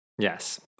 Yes